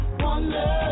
wonder